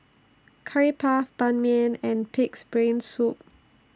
Curry Puff Ban Mian and Pig'S Brain Soup